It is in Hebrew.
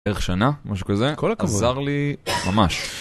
בערך שנה, משהו כזה, עזר לי ממש.